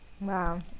Wow